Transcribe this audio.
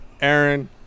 Aaron